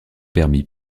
permis